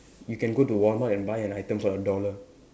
you can go to Walmart and buy an item for a dollar